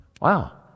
wow